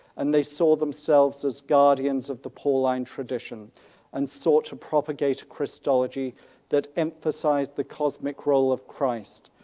and they saw themselves as guardians of the pauline tradition and sought to propagate christology that emphasized the cosmic role of christ.